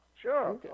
Sure